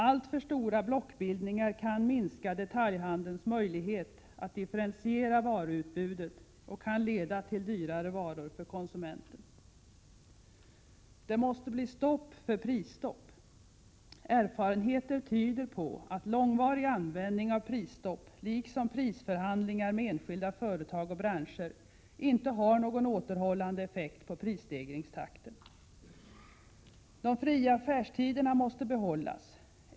Alltför stora blockbildningar kan minska detaljhandelns möjlighet att differentiera varuutbudet och kan leda till dyrare varor för konsumenten. Det måste bli stopp för prisstopp. Erfarenheter tyder på att långvarig användning av prisstopp liksom prisförhandlingar med enskilda företag och branscher inte har någon återhållande effekt på prisstegringstakten. De fria affärstiderna måste behållas.